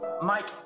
Mike